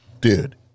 Dude